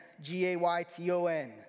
G-A-Y-T-O-N